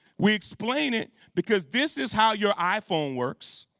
we explain it because this is how your iphone works.